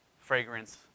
fragrance